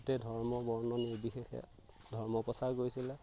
গোটেই ধৰ্ম বৰ্ণ নিৰ্বিশেষে ধৰ্ম প্ৰচাৰ কৰিছিলে